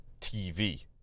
TV